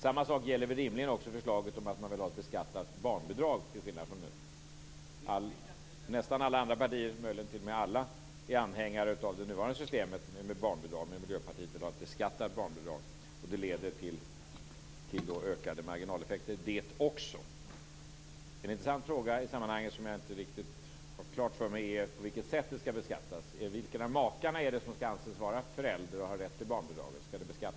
Samma sak gäller väl rimligen också förslaget om att man vill ha ett, till skillnad från vad som gäller nu, beskattat barnbidrag. Nästan alla andra partier - möjligen t.o.m. alla - är anhängare av det nuvarande systemet med barnbidrag, men Miljöpartiet vill ha ett beskattat barnbidrag, som också det leder till ökade marginaleffekter. En intressant fråga i sammanhanget, som jag inte riktigt har klart för mig, är på vilket sätt det skall beskattas. Vilken av makarna är det som skall anses vara förälder och ha rätt till barnbidraget?